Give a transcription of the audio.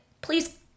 please